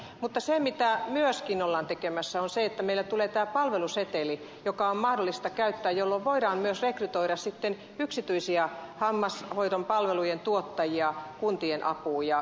mutta se mitä myöskin ollaan tekemässä on se että meille tulee tämä palveluseteli joka on mahdollista käyttää jolloin voidaan myös rekrytoida sitten yksityisiä hammashoidon palvelujen tuottajia kuntien apuun